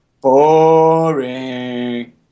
Boring